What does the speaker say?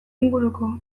inguruko